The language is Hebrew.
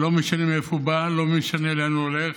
לא משנה מאיפה הוא בא, לא משנה לאן הוא הולך,